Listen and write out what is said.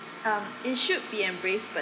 um it should be embraced but